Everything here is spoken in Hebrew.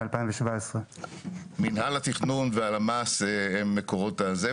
2017. מינהל התכנון והלמ"ס הם מקורות הזה.